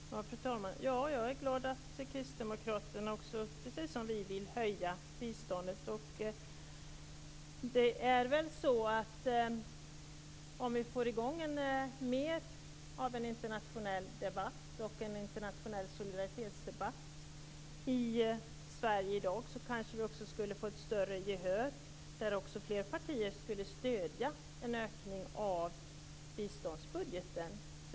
Fru talman! Jag är glad att Kristdemokraterna, precis som vi, vill höja biståndet. Om vi får i gång mer av en internationell solidaritetsdebatt i Sverige i dag skulle vi kanske också få ett större gehör för detta där fler partier skulle stödja en ökning av biståndsbudgeten.